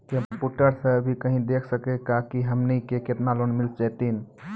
Computer सा भी कही देख सकी का की हमनी के केतना लोन मिल जैतिन?